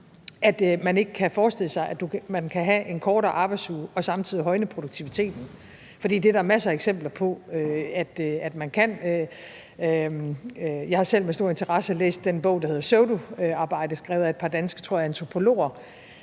at man ikke kan forestille sig, at man kan have en kortere arbejdsuge og samtidig højne produktiviteten, for det er der masser af eksempler på at man kan. Jeg har selv med stor interesse læst den bog, der hedder »Pseudoarbejde«, skrevet af et par danske vistnok antropologer,